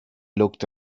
looked